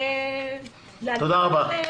ובעתיד --- תודה רבה.